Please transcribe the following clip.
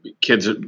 kids